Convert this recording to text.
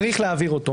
צריך להעביר אותו?